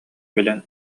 билэн